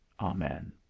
Amen